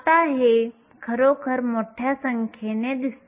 आता हे खरोखर मोठ्या संख्येने दिसते